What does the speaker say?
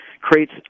creates